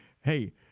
Hey